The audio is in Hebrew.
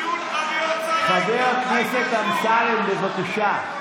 חבר הכנסת אמסלם, בבקשה.